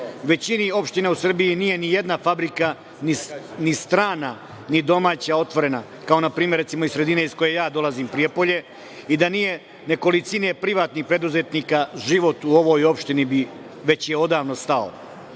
većini opština u Srbiji nije nijedna fabrika ni strana ni domaća otvorena, kao npr. iz sredine iz koje ja dolazim, Prijepolje, i da nije nekolicine privatnih preduzetnika život u ovoj opštini već je odavno